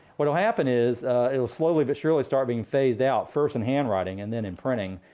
what'll happen is it'll slowly but surely start being phased out first in handwriting and then in printing.